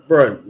Bro